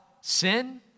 sin